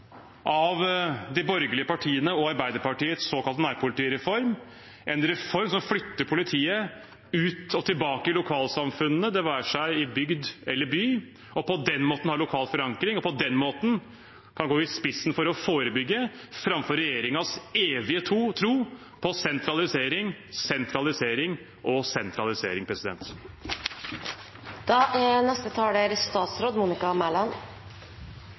av de borgerlige partiene og Arbeiderpartiets såkalte nærpolitireform – en reform som flytter politiet ut og tilbake i lokalsamfunnene, det være seg i bygd eller by, og på den måten har lokal forankring og kan gå i spissen for å forebygge, framfor regjeringens evige tro på sentralisering, sentralisering og sentralisering.